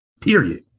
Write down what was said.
period